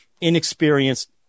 inexperienced